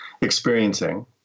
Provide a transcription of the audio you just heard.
experiencing